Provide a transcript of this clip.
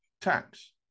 tax